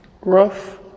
Rough